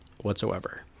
whatsoever